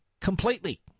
completely